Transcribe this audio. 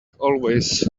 always